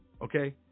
Okay